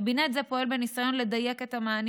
קבינט זה פועל בניסיון לדייק את המענים